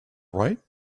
right